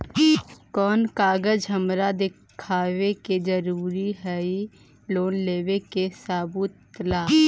कौन कागज हमरा दिखावे के जरूरी हई लोन लेवे में सबूत ला?